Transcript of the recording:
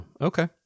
okay